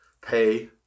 pay